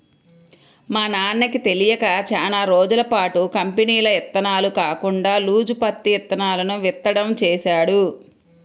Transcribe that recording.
మా నాన్నకి తెలియక చానా రోజులపాటు కంపెనీల ఇత్తనాలు కాకుండా లూజు పత్తి ఇత్తనాలను విత్తడం చేశాడు